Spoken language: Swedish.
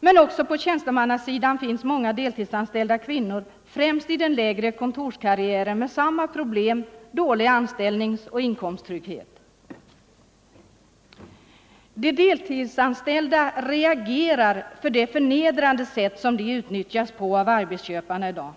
Även på tjänstemannasidan finns många deltidsanställda kvinnor, främst i den 65 lägre kontorskarriären med samma problem: dålig anställningsoch inkomsttrygghet. De deltidsanställda reagerar mot det förnedrande sätt på vilket de utnyttjas av arbetsköparna i dag.